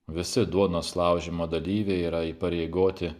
visi duonos laužymo dalyviai yra įpareigoti